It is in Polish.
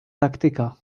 taktyka